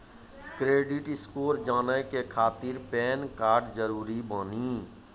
Credit score जाने के खातिर पैन कार्ड जरूरी बानी?